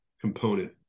component